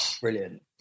Brilliant